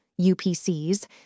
UPCs